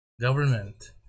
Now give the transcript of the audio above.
government